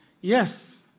Yes